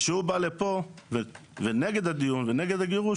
כשהוא בא לפה ונגד הדיון ונגד הגירוש,